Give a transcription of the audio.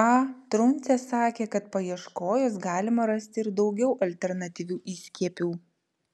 a truncė sakė kad paieškojus galima rasti ir daugiau alternatyvių įskiepių